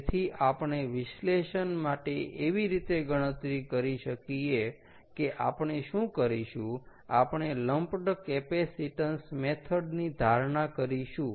તેથી આપણે વિશ્લેષણ માટે એવી રીતે ગણતરી કરી શકીએ કે આપણે શું કરીશું આપણે લમ્પડ કેપેસિટન્સ મેથડ ની ધારણા કરીશું